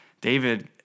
David